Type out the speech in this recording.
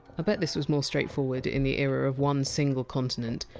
bet this was more straightforward in the era of one single continent,